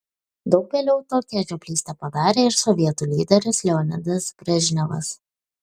daug vėliau tokią žioplystę padarė ir sovietų lyderis leonidas brežnevas